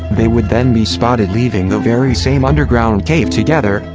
they would then be spotted leaving the very same underground cave together,